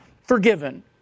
forgiven